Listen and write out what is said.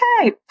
okay